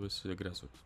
tu esi agresorius